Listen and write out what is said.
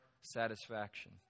satisfaction